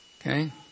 Okay